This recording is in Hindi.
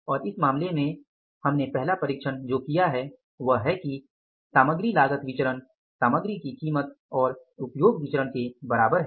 और इस मामले के लिए हमने पहला परिक्षण जो किया है वह है कि सामग्री लागत विचरण सामग्री की कीमत और उपयोग विचरण के बराबर है